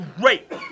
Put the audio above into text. great